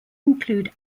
include